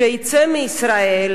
שיצא מישראל